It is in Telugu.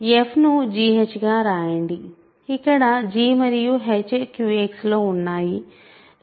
f ను gh గా వ్రాయండి ఇక్కడ g మరియు h QX లో ఉన్నాయి